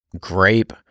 grape